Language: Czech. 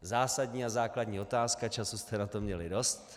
Zásadní a základní otázka, času jste na to měli dost.